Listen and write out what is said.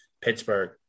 Pittsburgh